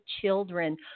children